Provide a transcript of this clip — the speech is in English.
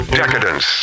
decadence